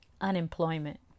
Unemployment